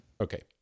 Okay